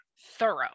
thorough